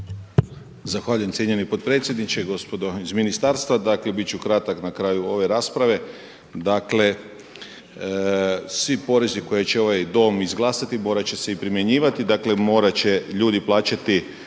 Zahvaljujem cijenjeni potpredsjedniče, gospodo iz ministarstva. Dakle, bit ću kratak na kraju ove rasprave. Dakle, svi porezi koje će ovaj Dom izglasati morat će se i primjenjivati. Dakle, morat će ljudi plaćati